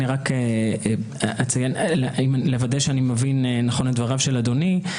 רק לוודא שאני מבין נכון את דבריו של אדוני,